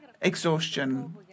exhaustion